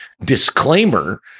disclaimer